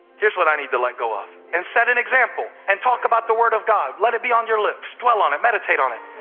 here's what i need to let go of. and set an example and talk about the word of god. let it be on your lips. dwell on it. and meditate on it.